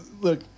look